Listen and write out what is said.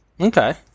Okay